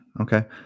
Okay